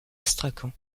astrakhan